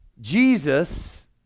Jesus